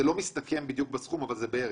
זה לא מסתכם בדיוק בסכום, אבל זה בערך.